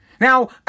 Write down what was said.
Now